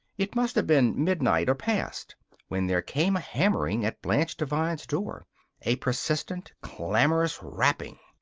it must have been midnight or past when there came a hammering at blanche devine's door a persistent, clamorous rapping.